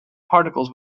particles